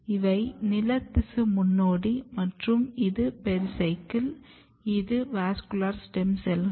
இவை நில திசு முன்னோடி மற்றும் இது பெரிசைக்கிள் இது வாஸ்குலர் ஸ்டெம் செல்கள்